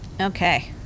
Okay